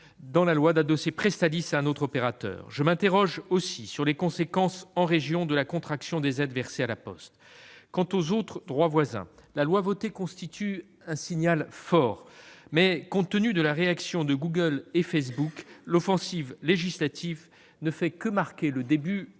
possible d'adosser Presstalis à un autre opérateur dans la loi. Je m'interroge également sur les conséquences en région de la contraction des aides versées à La Poste. Quant au droit voisin, la loi votée constitue un signal fort, mais compte tenu de la réaction de Google et de Facebook, l'offensive législative ne fait que marquer le début